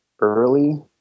early